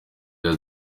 ati